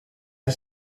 for